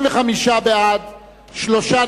55 בעד, שלושה